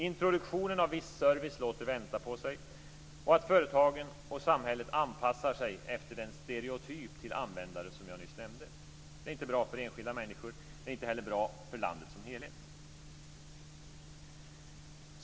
Introduktionen av viss service låter vänta på sig, och företagen och samhället anpassar sig efter den stereotyp till användare jag precis nämnde. Det är inte bra för enskilda människor, och det är inte heller bra för landet som helhet.